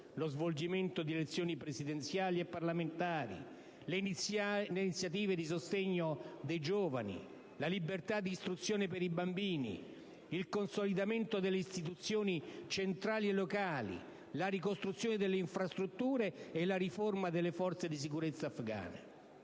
lo svolgimento di elezioni presidenziali e parlamentari, le iniziative di sostegno dei giovani, la libertà di istruzione per i bambini, il consolidamento delle istituzioni centrali e locali, la ricostruzione delle infrastrutture e la riforma delle forze di sicurezza afgane.